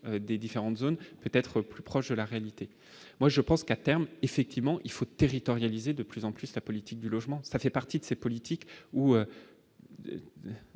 des différentes zones peut-être plus proche de la réalité, moi je pense qu'à terme, effectivement il faut territorialiser de plus en plus sa politique du logement, ça fait partie de ces politiques ou